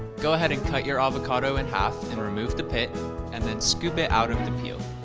go ahead and cut your avocado in half and remove the pit and then scoop it out of the peel.